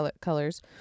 colors